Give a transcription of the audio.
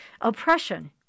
oppression